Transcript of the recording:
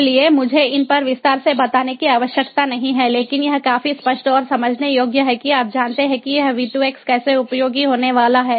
इसलिए मुझे इन पर विस्तार से बताने की आवश्यकता नहीं है लेकिन यह काफी स्पष्ट और समझने योग्य है कि आप जानते हैं कि यह V2X कैसे उपयोगी होने वाला है